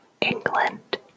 England